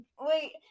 wait-